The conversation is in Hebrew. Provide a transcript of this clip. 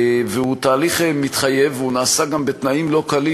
והוא תהליך מתחייב ונעשה גם בתנאים לא קלים,